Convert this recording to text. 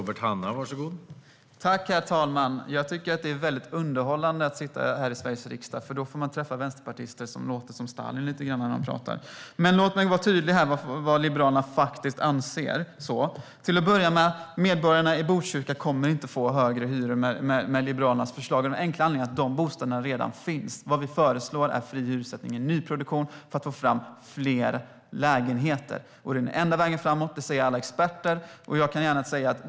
Herr talman! Jag tycker att det är underhållande att sitta i Sveriges riksdag, för då får man träffa vänsterpartister som låter lite grann som Stalin när de pratar. Låt mig vara tydlig med vad Liberalerna faktiskt anser. Till att börja med kommer medborgarna i Botkyrka inte att få högre hyror med Liberalernas förslag av den enkla anledningen att de bostäderna redan finns. Vad vi föreslår är fri hyressättning i nyproduktion för att få fram fler lägenheter. Det är den enda vägen framåt, enligt alla experter.